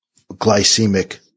glycemic